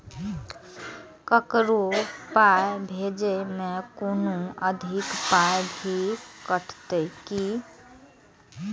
ककरो पाय भेजै मे कोनो अधिक पाय भी कटतै की?